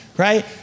right